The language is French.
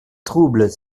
troubles